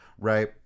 right